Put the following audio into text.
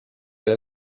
alle